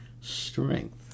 strength